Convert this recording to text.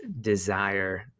desire